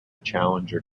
challenger